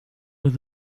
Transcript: with